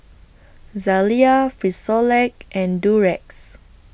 Zalia Frisolac and Durex